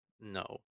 No